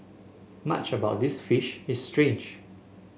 much about this fish is strange